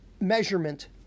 measurement